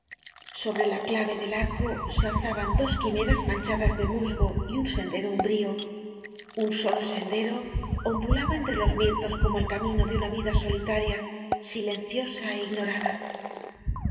sobre la clave del arco se alzaban dos quimeras manchadas de musgo y un sendero umbrío un solo sendero on dulaba entre los mirtos como el camino de una vida solitaria silenciosa é ignorada